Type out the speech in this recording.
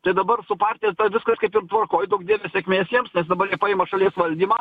tai dabar su partija ta viską kaip ir tvarkoj duok dieve sėkmės jiems nes dabar jie paima šalies valdymą